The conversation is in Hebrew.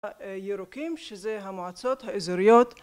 הירוקים שזה המועצות האזוריות